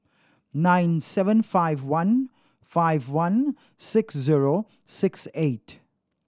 nine seven five one five one six zero six eight